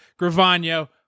Gravano